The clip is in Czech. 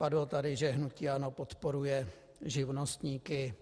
Padlo tady, že hnutí ANO podporuje živnostníky.